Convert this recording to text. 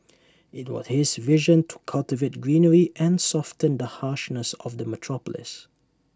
IT was his vision to cultivate greenery and soften the harshness of the metropolis